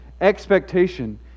expectation